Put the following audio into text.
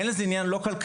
אין לזה עניין לא כלכלי,